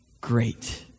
great